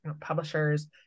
publishers